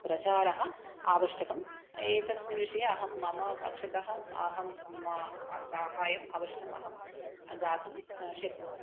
प्रचारः आवश्यकम् एतस्मिन् विषये अहं मम पक्षतः अहं म साहायम् अवश्यम् अहं दातुं शक्नोमि